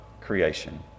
creation